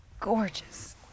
Gorgeous